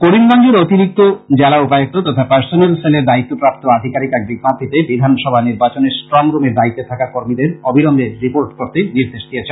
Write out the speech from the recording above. করিমগঞ্জের অতিরিক্ত জেলা উপায়ুক্ত তথা পার্সনেল সেলের দায়িত্বপ্রাপ্ত আধিকারীক এক বিজ্ঞপ্তীতে বিধানসভা নির্বাচনের স্ট্রং রুমের দায়িত্বে থাকা কর্মীদের অবিলম্বে রির্পোট করতে নির্দেশ দিয়েছেন